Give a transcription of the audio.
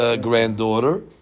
granddaughter